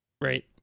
right